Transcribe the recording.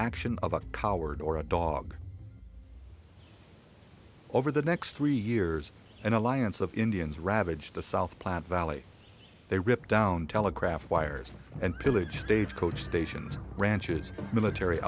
action of a coward or a dog over the next three years and alliance of indians ravaged the south platte valley they rip down telegraph wires and pillage stagecoach stations branches military